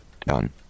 Done